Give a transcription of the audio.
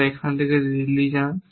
তবে এখান থেকে দিল্লি যান